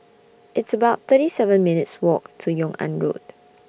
It's about thirty seven minutes' Walk to Yung An Road